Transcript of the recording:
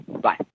Bye